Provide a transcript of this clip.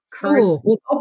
Cool